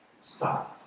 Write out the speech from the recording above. Stop